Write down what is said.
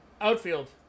Outfield